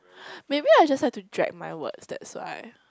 maybe I just have to drag my words that's why